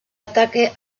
ataque